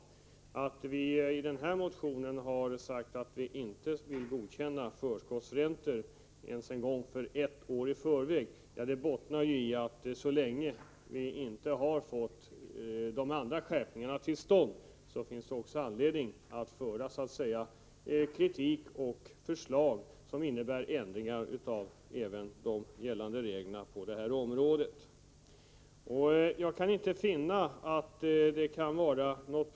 Det förhållandet att vi i denna motion har sagt att vi inte vill godkänna förskottsräntor ens för ett år i förväg bottnar i att vi — så länge vi inte har fått de andra skärpningarna till stånd — anser att det finns skäl att framföra kritik och förslag som innebär ändringar av gällande regler även på mindre avsnitt av det här området.